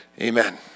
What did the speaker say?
Amen